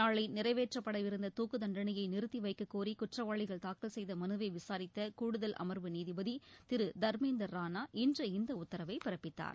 நாளை நிறைவேற்றப்படவிருந்த தூக்கு தண்டனையை நிறுத்தி வைக்கக்கோரி குற்றவாளிகள் தாக்கல் செய்த மனுவை விசாரித்த கூடுதல் அமர்வு நீதிபதி திரு தர்மேந்தர் ரானா இன்று இந்த உத்தரவை பிறப்பித்தார்